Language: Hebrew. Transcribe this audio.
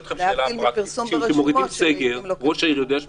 אתכם שאלה פרקטית: כשמורידים סגר ראש העיר יודע?